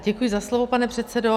Děkuji za slovo, pane předsedo.